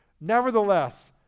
Nevertheless